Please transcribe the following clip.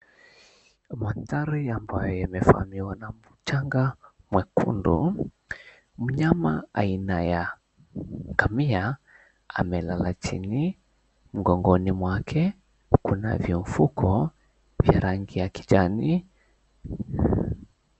Mandhari ambayo imevamiwa na mchanga mwekundu. Mnyama aina ya ngamia amelala chini, mgongoni mwake kunavyo mfuko vya rangi ya kijani.